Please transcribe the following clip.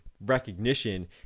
recognition